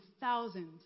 thousands